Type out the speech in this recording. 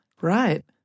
Right